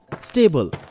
stable